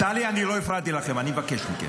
טלי, אני לא הפרעתי לכם, אני מבקש מכם.